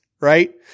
right